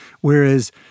Whereas